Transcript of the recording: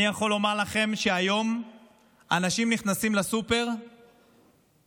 אני יכול לומר לכם שהיום אנשים נכנסים לסופר ומתלבטים